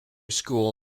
school